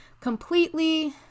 completely